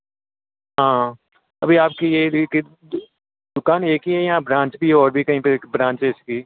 हां अभी आपकी ये दुकान एक ही है या ब्रांच भी और भी कहीं पे एक ब्रांच है इसकी